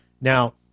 Now